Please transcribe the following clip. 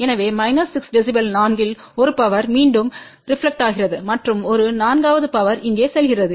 எனவே 6 dB நான்கில் ஒரு பவர் மீண்டும் ரெப்லக்டெட்கிறது மற்றும் ஒரு நான்காவது பவர் இங்கே செல்கிறது